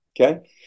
okay